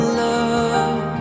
love